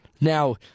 Now